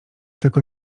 tylko